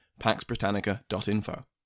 paxbritannica.info